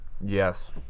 Yes